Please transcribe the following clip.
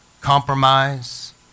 compromise